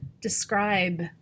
describe